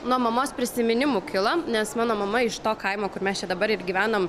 nuo mamos prisiminimų kilo nes mano mama iš to kaimo kur mes čia dabar ir gyvenam